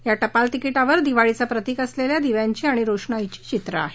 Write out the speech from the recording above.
या टपाल तिकीटावर दिवाळीचं प्रतीक असलेल्या दिव्यांची आणि रोषणाईची चित्र आहेत